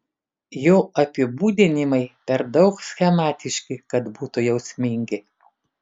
jo apibūdinimai per daug schematiški kad būtų jausmingi